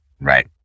Right